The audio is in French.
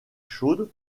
chaudes